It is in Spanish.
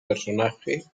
personaje